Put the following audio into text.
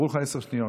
עברו לך עשר שניות.